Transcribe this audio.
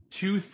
two